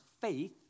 faith